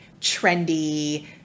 trendy